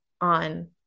on